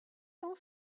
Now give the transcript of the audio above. cent